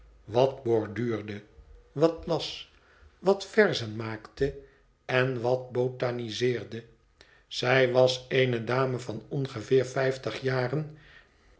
wat borduurde wat las wat verzen maakte en wat botaniseerde zij was eene dame van ongeveer vijftig jaren